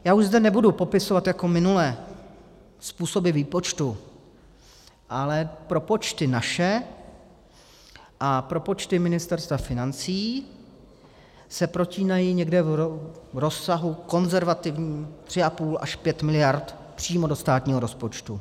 Já už zde nebudu popisovat jako minule způsoby výpočtu, ale propočty naše a propočty Ministerstva financí se protínají někde v rozsahu konzervativních 3,5 až 5 mld. přímo do státního rozpočtu.